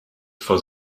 for